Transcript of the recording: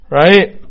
right